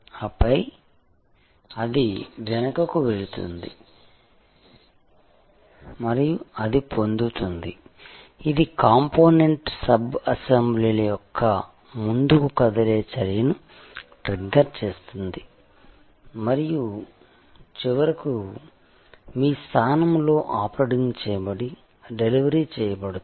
ఆపై అది వెనుకకు వెళుతుంది మరియు అది పొందుతుంది ఇది కాంపోనెంట్ సబ్ అసెంబ్లీల యొక్క ముందుకు కదిలే చర్యను ట్రిగ్గర్ చేస్తుంది మరియు చివరకు మీ స్థానంలో ఆపరేటింగ్ చేయబడి డెలివరీ చేయబడుతుంది